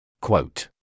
Quote